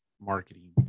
marketing